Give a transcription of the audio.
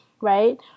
right